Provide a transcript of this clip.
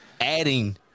adding